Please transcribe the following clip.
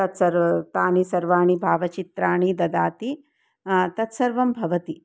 तत्सर्वाणि तानि सर्वाणि भावचित्राणि ददाति तत्सर्वं भवति